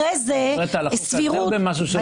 את מדברת על החוק הזה או על משהו שלא קיים במציאות?